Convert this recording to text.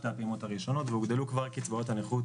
שתי הפעימות הראשונות והוגדלו כבר קצבאות הנכות